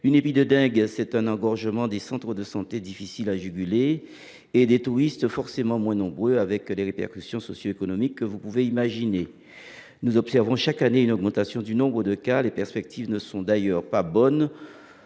Une épidémie de dengue, c’est un engorgement des centres de santé difficile à juguler et des touristes forcément moins nombreux, avec les répercussions socioéconomiques que l’on peut imaginer. Nous observons chaque année une augmentation du nombre de cas ; les perspectives ne sont d’ailleurs pas bonnes,